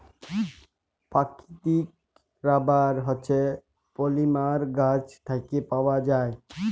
পাকিতিক রাবার হছে পলিমার গাহাচ থ্যাইকে পাউয়া যায়